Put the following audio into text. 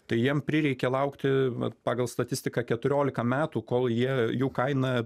tai jiem prireikė laukti vat pagal statistiką keturiolika metų kol jie jų kaina